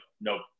nope